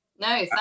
no